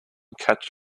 catch